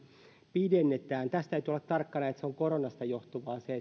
pidennetään tässä täytyy olla tarkkana että on koronasta johtuvaa se